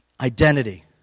identity